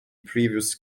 previous